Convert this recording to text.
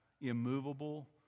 immovable